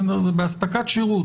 זה באספקת שירות.